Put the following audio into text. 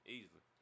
Easily